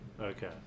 Okay